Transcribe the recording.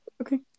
Okay